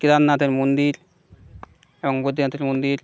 কেদারনাথের মন্দির এবং বদ্রিনাথের মন্দির